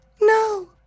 no